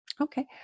Okay